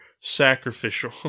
sacrificial